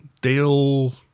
Dale